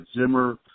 Zimmer